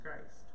christ